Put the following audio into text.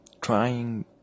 trying